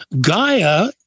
Gaia